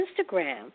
Instagram